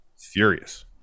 furious